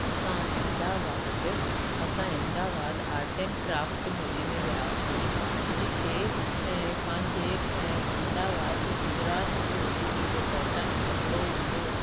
असां अहमदाबाद असां Ahmedabad art and craft मेले में वियासीं जिते ऐं पंहिंजे ऐं अहमदाबाद गुजरात जे जेको कॉटन कपिड़ो ईंदो आहे